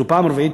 זו פעם רביעית,